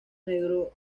negro